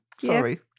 Sorry